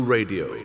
Radio